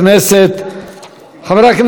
חברי הכנסת, תם סדר-היום.